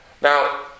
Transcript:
Now